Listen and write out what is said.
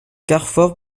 carfor